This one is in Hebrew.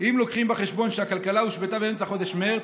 אם מביאים בחשבון שהכלכלה הושבתה באמצע חודש מרץ,